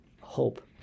hope